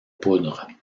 poudre